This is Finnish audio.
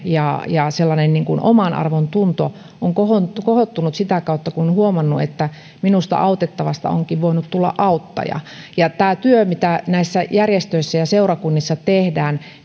ja sellainen omanarvontunto on kohottunut kohottunut sitä kautta kun on huomannut että minusta autettavasta onkin voinut tulla auttaja tämä työ mitä näissä järjestöissä ja seurakunnissa tehdään